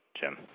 Jim